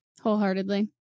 wholeheartedly